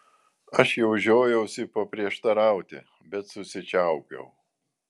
aš jau žiojausi paprieštarauti bet susičiaupiau